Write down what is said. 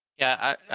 yeah,